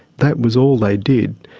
that was all they did.